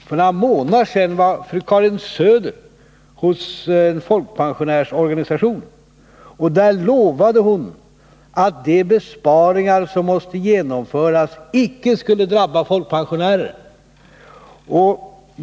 För några månader sedan var fru Karin Söder hos en folkpensionärsorganisation. Där lovade hon att de besparingar som måste genomföras inte skulle drabba folkpensionärerna.